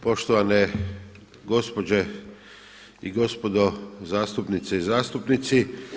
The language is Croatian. Poštovane gospođe i gospodo zastupnice i zastupnici.